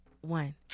one